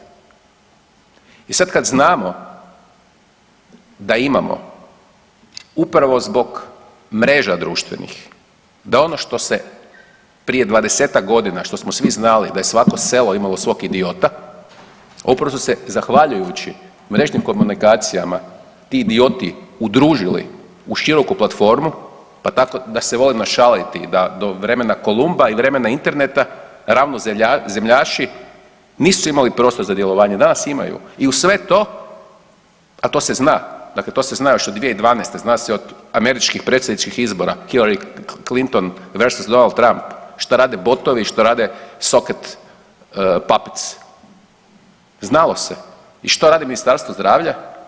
I sad kad znamo da imamo upravo zbog mreža društvenih da ono što se prije 20-tak godina, što smo svi znali da je svako selo imalo svog idiota upravo su se zahvaljujući mrežnim komunikacijama ti idioti udružili u široku platformu, pa tako da se volimo šaliti da do vremena Kolumba i vremena interneta ravnozemljaši nisu imali prostor za djelovanje, danas imaju i uz sve to, a to se zna, dakle to se zna još od 2012., zna se od američkih predsjedničkih izbora Hillary Clinton i Versos Donald Trump, što rade botovi i što rade soket papec, znalo se i šta radi Ministarstvo zdravlja?